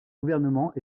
gouvernement